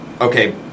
okay